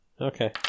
Okay